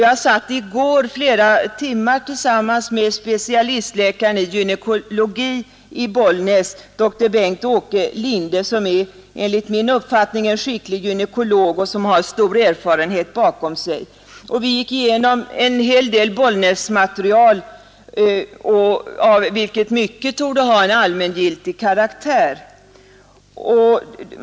Jag satt i går under flera timmar tillsammans med specialistläkaren i gynekologi vid sjukhuset i Bollnäs dr Bengt-Åke Lindhe, som enligt min uppfattning är en skicklig gynekolog och som har stor erfarenhet bakom sig. Vi gick igenom en hel del Bollnäsmaterial, av vilket mycket torde ha en allmängiltig karaktär.